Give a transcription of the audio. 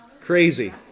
Crazy